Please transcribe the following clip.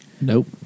Nope